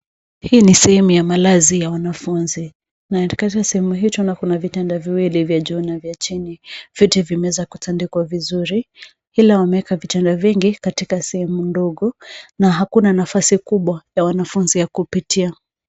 Hii ni sehemu ya malazi ya wanafunzi.na katika sehemu hii kuna vitanda viwili, vya juu na vya chini. Viti vimeweza kutandikwa vizuri, ila wameweka vitanda vingi katika sehemu ndogo, na hakuna nafasi kubwa ya wanafunzi ya kupitia.